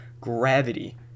gravity